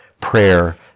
prayer